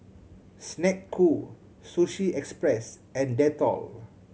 Snek Ku Sushi Express and Dettol